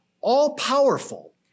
all-powerful